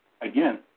again